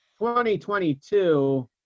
2022